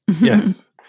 Yes